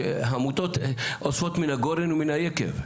עמותות עושות מהגורן ומן היקב,